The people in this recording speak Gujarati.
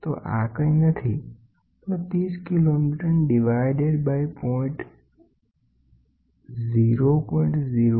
તો આ કઈ નથી પણ 30 કિલોન્યુટન ડીવાઇડેડ બાઈ 0